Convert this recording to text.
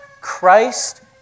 Christ